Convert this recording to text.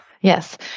Yes